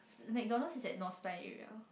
the McDonald's is at area